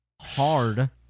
hard